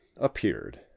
appeared